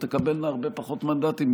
או שתקבלנה הרבה פחות מנדטים,